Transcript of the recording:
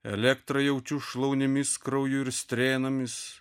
elektrą jaučiu šlaunimis krauju ir strėnomis